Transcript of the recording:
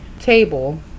table